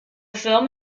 film